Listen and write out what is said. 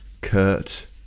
Kurt